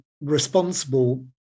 responsible